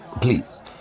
please